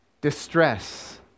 distress